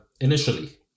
initially